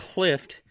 Clift